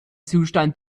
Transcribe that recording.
zustand